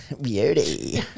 Beauty